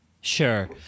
Sure